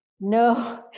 No